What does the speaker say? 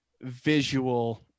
visual